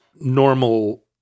normal